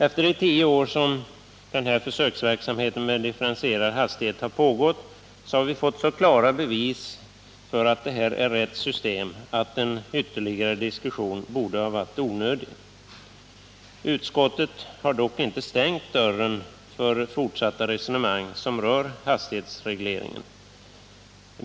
Efter de tio år som denna försöksverksamhet med differentierad hastighet har pågått, har vi fått så klara bevis för att detta är rätt system att en ytterligare diskussion borde ha varit onödig. Utskottet har dock inte stängt dörren för fortsatta resonemang som rör hastighetsregleringen.